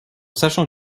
sachant